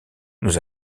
nous